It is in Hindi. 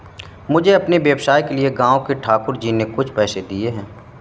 मुझे अपने व्यवसाय के लिए गांव के ठाकुर जी ने कुछ पैसे दिए हैं